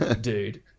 dude